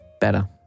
better